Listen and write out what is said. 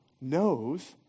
knows